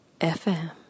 FM